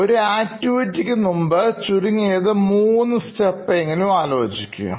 ഒരു ആക്ടിവിറ്റിക്ക് മുമ്പ്ചുരുങ്ങിയത് 3 സ്റ്റെപ്പ് എങ്കിലും ആലോചിക്കുക